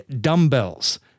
dumbbells